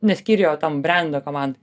ne skyriuje o tam brendo komandoj